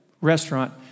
restaurant